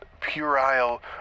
puerile